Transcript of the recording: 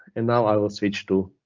and now, i will switch to